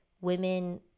women